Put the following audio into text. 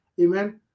Amen